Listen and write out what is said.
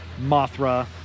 mothra